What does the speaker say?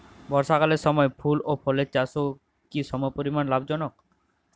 বর্ষাকালের সময় ফুল ও ফলের চাষও কি সমপরিমাণ লাভজনক?